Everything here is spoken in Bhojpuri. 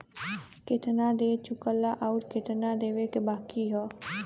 केतना दे चुकला आउर केतना देवे के बाकी हौ